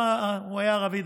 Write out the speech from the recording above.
הוא היה ערבי,